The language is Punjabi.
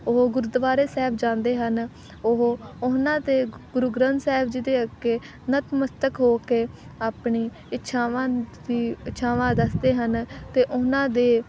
ਉਹ ਗੁਰਦੁਆਰੇ ਸਾਹਿਬ ਜਾਂਦੇ ਹਨ ਉਹ ਉਹਨਾਂ ਦੇ ਗੁਰੂ ਗ੍ਰੰਥ ਸਾਹਿਬ ਜੀ ਦੇ ਅੱਗੇ ਨਤਮਸਤਕ ਹੋ ਕੇ ਆਪਣੀ ਇੱਛਾਵਾਂ ਦੀ ਇੱਛਾਵਾਂ ਦੱਸਦੇ ਹਨ ਅਤੇ ਉਹਨਾਂ ਦੇ